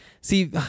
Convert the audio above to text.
See